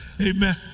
Amen